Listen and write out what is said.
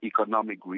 economic